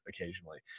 occasionally